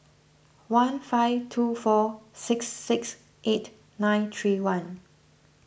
one five two four six six eight nine three one